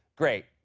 great.